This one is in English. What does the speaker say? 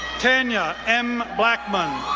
tanya m. blackmon,